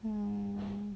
mm